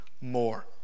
more